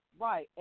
Right